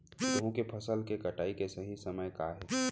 गेहूँ के फसल के कटाई के सही समय का हे?